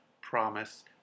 promise